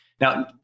Now